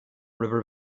river